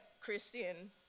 Christian